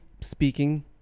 speaking